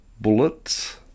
bullets